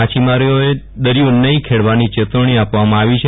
માછીમારોએ દરિયો નહિ કેળવણી ચેતવણી આપવામાં આવી છે